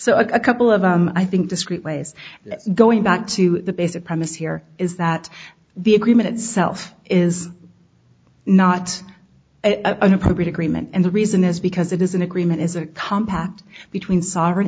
so a couple of on i think discrete ways going back to the basic premise here is that the agreement itself is not an appropriate agreement and the reason is because it is an agreement is a compact between sovereign